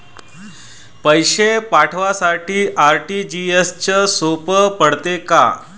पैसे पाठवासाठी आर.टी.जी.एसचं सोप पडते का?